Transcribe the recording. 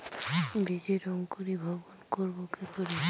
বীজের অঙ্কোরি ভবন করব কিকরে?